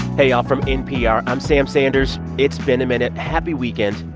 hey, y'all. from npr, i'm sam sanders, it's been a minute. happy weekend.